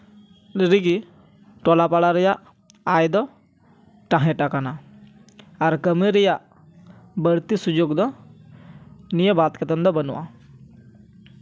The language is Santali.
ᱨᱤᱜᱤ ᱴᱚᱞᱟ ᱯᱟᱲᱟ ᱨᱮᱭᱟᱜ ᱟᱭ ᱫᱚ ᱛᱟᱦᱮᱴ ᱟᱠᱟᱱᱟ ᱟᱨ ᱠᱟᱹᱢᱤ ᱨᱮᱭᱟᱜ ᱵᱟᱹᱲᱛᱤ ᱥᱩᱡᱳᱜᱽ ᱫᱚ ᱱᱤᱭᱟᱹ ᱵᱟᱫ ᱠᱟᱛᱮᱜ ᱫᱚ ᱵᱟᱹᱱᱩᱜᱼᱟ